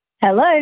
Hello